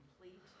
complete